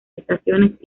estaciones